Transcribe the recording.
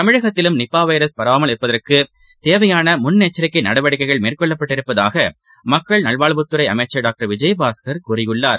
தமிழகத்திலும் நிபாவைரஸ் பரவாமல் இருப்பதற்குதேவையானமுன்னெச்சிக்கைநடவடிக்கைகள் மேற்கொள்ளப்பட்டிருப்பதாகமக்கள் நல்வாழ்வுத்துறைஅமைச்சள் டாக்டர் விஜயபாஸ்கள் கூறியுள்ளார்